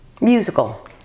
Musical